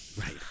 right